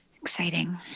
Exciting